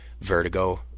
Vertigo